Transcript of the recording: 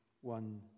one